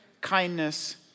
kindness